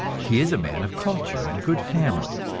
he is a man of culture and good family,